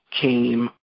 came